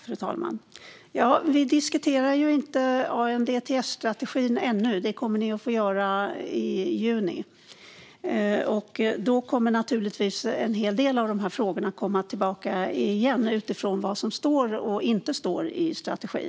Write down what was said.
Fru talman! Vi diskuterar inte ANDTS-strategin ännu. Det kommer ni att få göra i juni. Då kommer naturligtvis en hel del av de här frågorna att komma tillbaka igen utifrån vad som står och inte står i strategin.